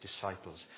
disciples